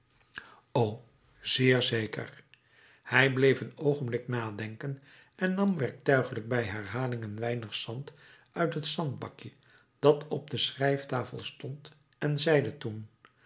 o zeer zeker hij bleef een oogenblik nadenken en nam werktuiglijk bij herhaling een weinig zand uit het zandbakje dat op de schrijftafel stond en zeide toen